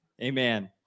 amen